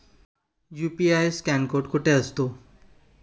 UPI scan code कुठे असतो?